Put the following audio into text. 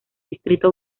distrito